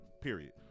period